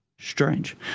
strange